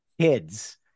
kids